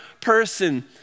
person